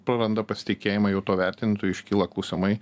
praranda pasitikėjimą jau tuo vertintoju iškyla klausimai